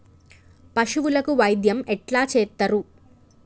పశువులకు వైద్యం ఎట్లా చేత్తరు?